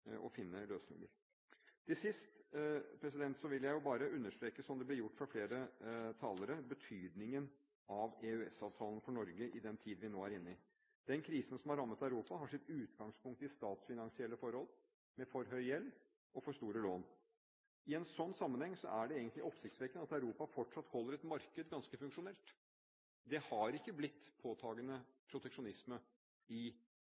vil jeg bare understreke – som det ble gjort av flere talere – betydningen av EØS-avtalen for Norge i den tiden vi nå er inne i. Den krisen som har rammet Europa, har sitt utgangspunkt i statsfinansielle forhold, med for høy gjeld og for store lån. I en sånn sammenheng er det egentlig oppsiktsvekkende at Europa fortsatt holder et marked ganske funksjonelt. Det har ikke blitt påtagende proteksjonisme i